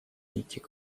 этих